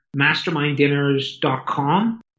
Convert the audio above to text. masterminddinners.com